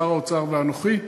שר האוצר ואנוכי.